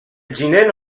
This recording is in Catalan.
gener